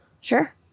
Sure